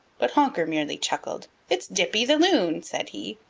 but honker merely chuckled. it's dippy the loon, said he.